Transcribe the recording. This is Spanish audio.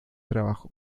trabajo